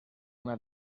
una